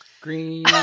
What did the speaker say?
Green